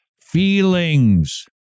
feelings